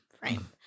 frame